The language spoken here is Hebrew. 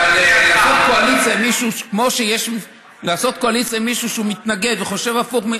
אבל לעשות קואליציה עם מישהו שהוא מתנגד וחושב הפוך,